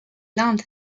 l’inde